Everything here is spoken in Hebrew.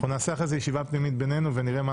נעשה אחר כך ישיבה פנימית בינינו יחד עם